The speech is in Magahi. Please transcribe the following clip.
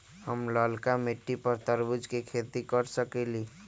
हम लालका मिट्टी पर तरबूज के खेती कर सकीले?